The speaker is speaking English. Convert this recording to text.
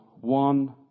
one